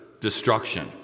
destruction